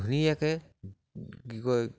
ধুনীয়াকৈ কি কয়